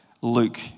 Luke